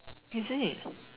hasn't it